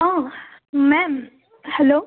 অঁ ma'am hello